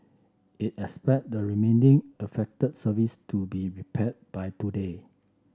it expect the remaining affected service to be repaired by today